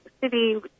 city